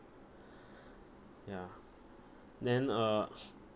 ya then uh